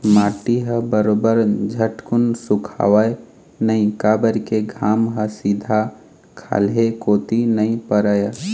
माटी ह बरोबर झटकुन सुखावय नइ काबर के घाम ह सीधा खाल्हे कोती नइ परय